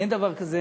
אין דבר כזה